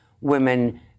women